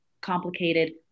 complicated